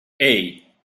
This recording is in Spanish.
hey